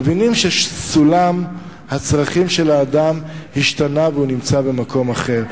מבינים שסולם הצרכים של האדם השתנה והוא נמצא במקום אחר.